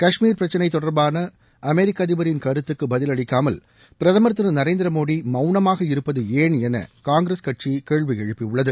கஷ்மீர் பிரச்சினை தொடர்பான அமெரிக்க அதிபரின் கருத்துக்கு பதிலளிக்காமல் பிரதமர் திரு நரேந்திர மோடி மௌனமாக இருப்பது ஏன் என காங்கிரஸ் கட்சி கேள்வி எழுப்பியுள்ளது